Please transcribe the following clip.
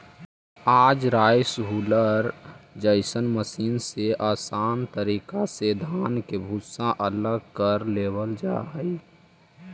आज rice huller जइसन machine से आसान तरीका से धान के भूसा अलग कर लेवल जा हई